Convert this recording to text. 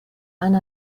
and